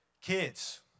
kids